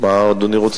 מה אדוני רוצה?